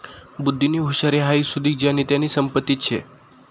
बुध्दीनी हुशारी हाई सुदीक ज्यानी त्यानी संपत्तीच शे